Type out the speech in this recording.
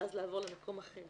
ואז לעבור למקום אחר.